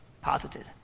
posited